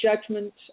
judgment